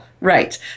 Right